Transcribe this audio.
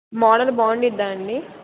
model బాగుంటుందా అండి